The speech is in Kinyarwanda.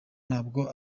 ntabwo